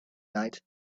night